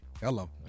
Hello